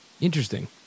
Interesting